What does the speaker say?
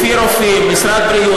לפי משרד הבריאות,